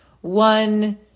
one